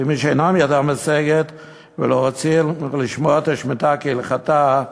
למי שידם אינה משגת ורוצים לשמור את השמיטה כהלכתה,